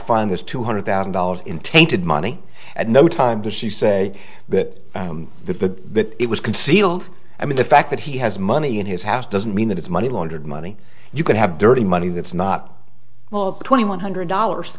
find this two hundred thousand dollars in tainted money at no time did she say that that it was concealed i mean the fact that he has money in his house doesn't mean that it's money laundered money you could have dirty money that's not twenty one hundred dollars